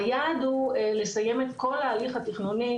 היעד הוא לסיים את כל ההליך התכנוני,